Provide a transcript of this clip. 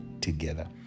together